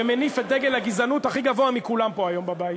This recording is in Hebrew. ומניף את דגל הגזענות הכי גבוה מכולם פה היום בבית.